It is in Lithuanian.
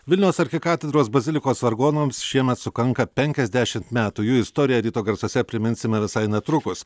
vilniaus arkikatedros bazilikos vargonams šiemet sukanka penkiasdešimt metų jų istoriją ryto garsuose priminsime visai netrukus